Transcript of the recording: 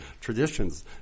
traditions